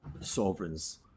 sovereigns